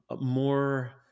more